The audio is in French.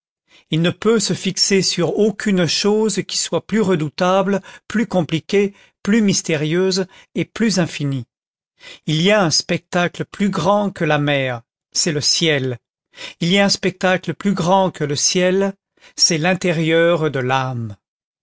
il ne peut se fixer sur aucune chose qui soit plus redoutable plus compliquée plus mystérieuse et plus infinie il y a un spectacle plus grand que la mer c'est le ciel il y a un spectacle plus grand que le ciel c'est l'intérieur de l'âme